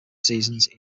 seasons